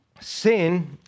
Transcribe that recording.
Sin